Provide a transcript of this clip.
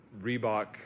Reebok